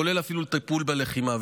כולל אפילו לטיפול בלחימה.